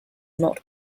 not